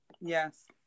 yes